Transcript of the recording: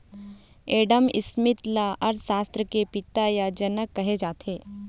Adam Smith ल अर्थसास्त्र के पिता य जनक कहे जाथे